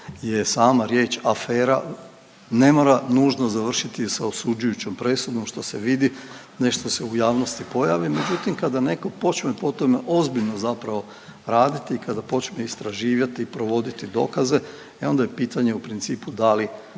sama riječ afera, ne mora nužno završiti sa osuđujućom presudom, što se vidi. Nešto se u javnosti pojavi, međutim, kada netko počne po tome ozbiljno zapravo raditi, kada počne istraživati i provoditi dokaze, e onda je pitanje, u principu da li je